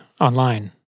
online